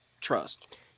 trust